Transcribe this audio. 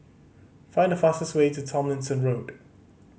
find the fastest way to Tomlinson Road